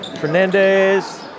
Fernandez